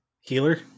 Healer